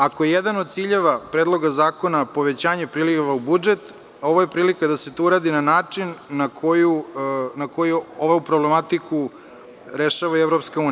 Ako je jedan od ciljeva Predloga zakona povećanje priliva u budžet, ovo je prilika da se to uredi na način na koji ovu problematiku rešava i EU.